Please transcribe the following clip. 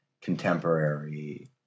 contemporary